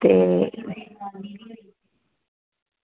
ते